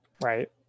Right